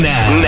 Now